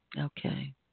okay